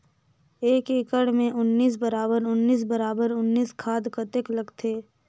एक एकड़ मे उन्नीस बराबर उन्नीस बराबर उन्नीस खाद कतेक लगथे?